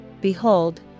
Behold